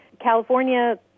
California